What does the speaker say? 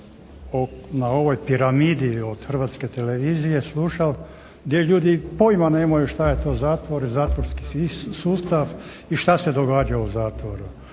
na ovoj "Piramidi" od Hrvatske televizije slušao gdje ljudi pojma nemaju šta je to zatvor i zatvorski sustav i šta se događa u zatvoru